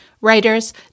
Writers